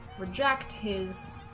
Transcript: reject his